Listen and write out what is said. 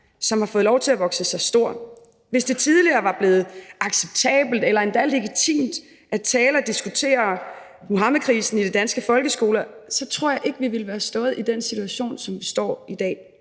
som har fået lov til at vokse sig stor. Hvis det tidligere var blevet acceptabelt eller endda legitimt at tale om og diskutere Muhammedkrisen i de danske folkeskoler, så tror jeg ikke, vi havde stået i den situation, vi står i i dag.